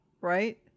right